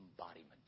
embodiment